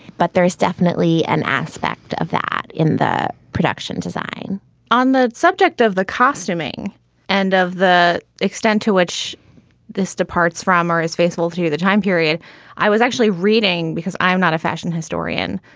but there's definitely an aspect of that in that production design on the subject of the costuming and of the extent to which this departs from or is faithful to the time period i was actually reading because i'm not a fashion historian,